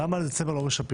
למה על דצמבר לא משפים?